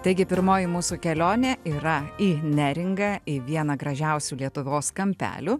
taigi pirmoji mūsų kelionė yra į neringą į vieną gražiausių lietuvos kampelių